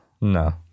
No